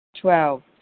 Twelve